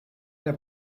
der